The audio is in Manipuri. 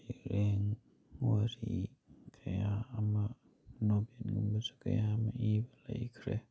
ꯁꯩꯔꯦꯡ ꯋꯥꯔꯤ ꯀꯌꯥ ꯑꯃ ꯅꯣꯕꯦꯜꯒꯨꯝꯕꯁꯨ ꯀꯌꯥ ꯑꯃ ꯏꯕ ꯂꯩꯈ꯭ꯔꯦ